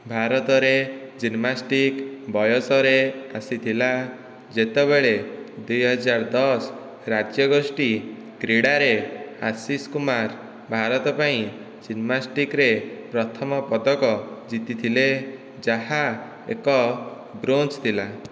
ଭାରତରେ ଜିମ୍ନାଷ୍ଟିକ୍ ବୟସରେ ଆସିଥିଲା ଯେତେବେଳେ ଦୁଇହଜାର ଦଶ ରାଜ୍ୟଗୋଷ୍ଠୀ କ୍ରୀଡାରେ ଆଶିଷ କୁମାର ଭାରତ ପାଇଁ ଜିମ୍ନାଷ୍ଟିକ୍ରେ ପ୍ରଥମ ପଦକ ଜିତିଥିଲେ ଯାହା ଏକ ବ୍ରୋଞ୍ଜ ଥିଲା